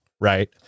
Right